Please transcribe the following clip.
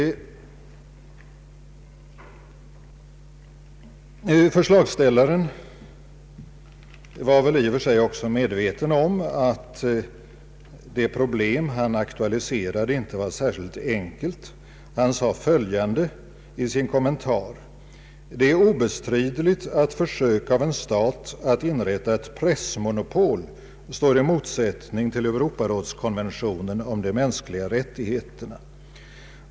Förslagsställaren var väl i och för sig också medveten om att det problem han aktualiserade inte var särskilt enkelt. Han sade följande i sin kommentar: ”Det är obestridligt att försök av en stat att inrätta ett pressmonopol står i motsättning till Europarådskonventionen om de mänskliga rättigheterna.